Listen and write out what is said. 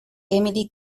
emily